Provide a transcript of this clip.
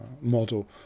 model